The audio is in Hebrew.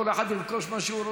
כל אחד ירכוש מה שהוא רוצה.